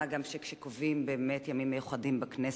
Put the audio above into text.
מה גם שכשקובעים באמת ימים מיוחדים בכנסת,